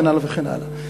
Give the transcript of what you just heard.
וכן הלאה וכן הלאה.